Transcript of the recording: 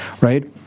right